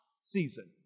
season